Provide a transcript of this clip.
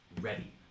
ready